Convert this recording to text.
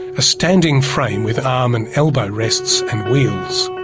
a standing frame with arm and elbow rests and wheels.